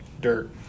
dirt